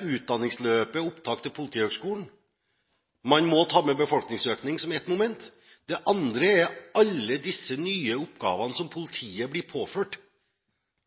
utdanningsløpet og opptaket til Politihøgskolen. Man må ta med befolkningsøkningen som et moment. Det andre er alle disse nye oppgavene som politiet blir pålagt